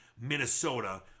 Minnesota